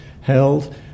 held